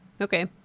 okay